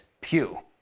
pew